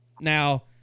Now